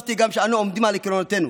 הוספתי גם שאנו עומדים על עקרונותינו,